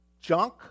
junk